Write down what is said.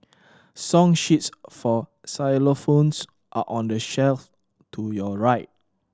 song sheets for xylophones are on the shelf to your right